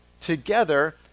together